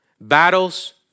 battles